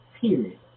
period